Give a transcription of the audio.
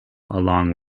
along